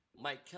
Mike